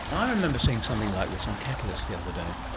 i remember seeing something like this on catalyst the other day.